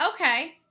Okay